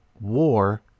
war